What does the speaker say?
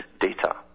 data